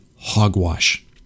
hogwash